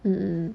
mm